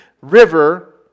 river